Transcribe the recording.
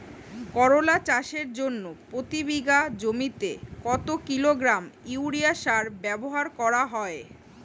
করলা চাষের জন্য প্রতি বিঘা জমিতে কত কিলোগ্রাম ইউরিয়া সার ব্যবহার করা হয়?